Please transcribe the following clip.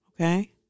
Okay